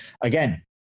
again